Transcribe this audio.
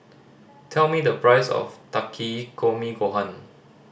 tell me the price of Takikomi Gohan